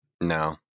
No